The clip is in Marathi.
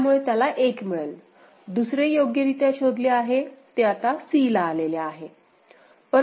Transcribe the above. त्यामुळे त्याला 1 मिळेल दुसरे योग्यरीत्या शोधले आहे ते आता c ला आलेले आहे